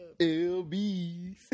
LB